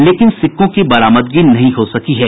लेकिन सिक्कों की बरामदगी नहीं हो सकी है